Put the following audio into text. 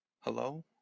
Hello